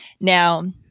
Now